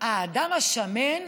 האדם השמן,